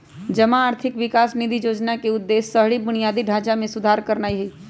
जमा आर्थिक विकास निधि जोजना के उद्देश्य शहरी बुनियादी ढचा में सुधार करनाइ हइ